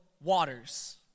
waters